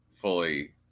fully